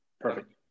Perfect